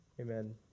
Amen